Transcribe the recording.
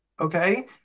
Okay